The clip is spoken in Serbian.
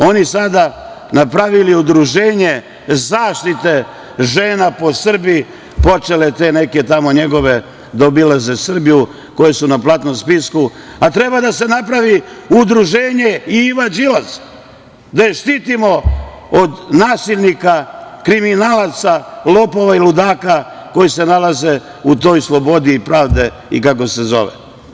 Oni sada napravili udruženje zaštite žena po Srbiji, počele te neke tamo njegove da obilaze Srbiju koje su na platnom spisku, a treba da se napravi udruženje Iva Đilas, da je štitimo od nasilnika, kriminalac, lopova i ludaka koji se nalaze u toj slobodi i pravdi, kako se zove.